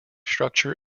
structure